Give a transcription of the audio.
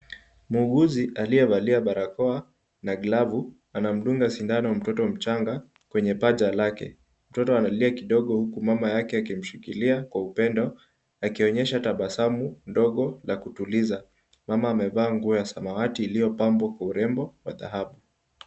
Muuguzi aliyevalia barakoa na glavu anamdunga sindano mtoto mchanga kwenye paja lake. Mtoto analia kidogo huku mama yake akimshikilia kwa upendo akionyesha tabasamu ndogo la kutuliza. Mama amevaa nguo ya samawati iliyopambwa kwa urembo wa dhahabu.